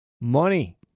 money